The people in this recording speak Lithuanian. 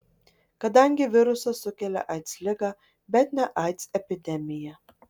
kadangi virusas sukelia aids ligą bet ne aids epidemiją